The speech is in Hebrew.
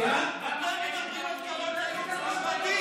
אתם מדברים על כבוד לייעוץ המשפטי?